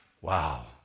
wow